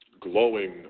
glowing